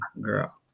girl